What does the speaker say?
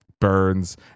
Burns